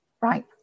right